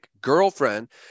girlfriend